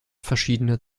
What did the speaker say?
verschiedener